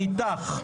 אני איתך.